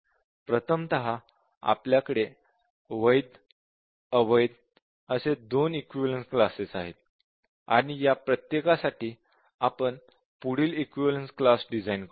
प्रथमतः आपल्याकडे वैध अवैध असे 2 इक्विवलेन्स क्लासेस आहेत आणि या प्रत्येकासाठी आपण पुढील इक्विवलेन्स क्लास डिझाइन करतो